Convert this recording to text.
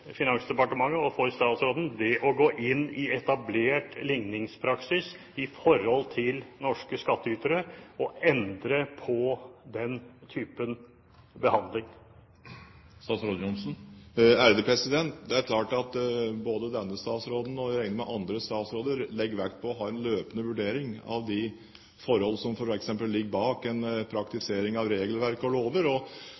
Finansdepartementet og statsråden, altså det å gå inn i etablert ligningspraksis overfor norske skattytere og endre på den typen behandling? Det er klart at både denne statsråden og jeg regner med andre statsråder legger vekt på å ha en løpende vurdering av de forhold som f.eks. ligger bak